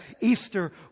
Easter